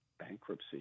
bankruptcy